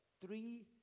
three